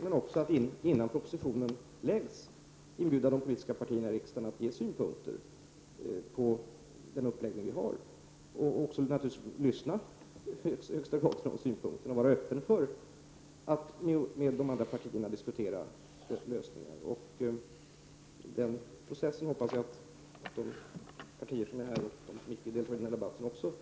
Vi vill också innan propositionen läggs fram inbjuda de pol a partierna i riksdagen att ge synpunkter på den uppläggning vi har. Vi skall naturligtvis ta del av synpunkterna och vara öppna för att med de andra partierna diskutera lösningar. Jag hoppas att de partier som inte är representerade här och de andra som